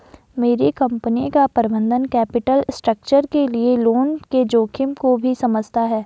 मेरी कंपनी का प्रबंधन कैपिटल स्ट्रक्चर के लिए लोन के जोखिम को भी समझता है